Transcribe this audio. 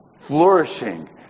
flourishing